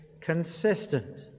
consistent